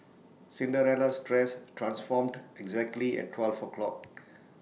Cinderella's dress transformed exactly at twelve o'clock